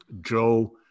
Joe